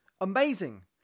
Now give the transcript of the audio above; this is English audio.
Amazing